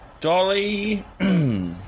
Dolly